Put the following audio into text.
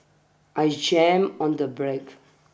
I jammed on the brakes